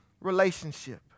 relationship